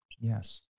Yes